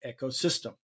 ecosystem